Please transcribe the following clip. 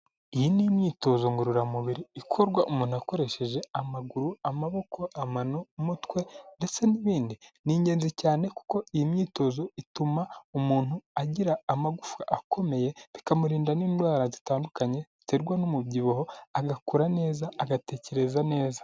Iyi ni imyitozo ngororamubiri ikorwa umuntu akoresheje amaguru, amaboko, amano, umutwe, ndetse n'ibindi. Ni ingenzi cyane, kuko iyi myitozo ituma umuntu agira amagufwa akomeye, bikamurinda n'indwara zitandukanye ziterwa n'umubyibuho, agakura neza, agatekereza neza,